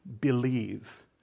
believe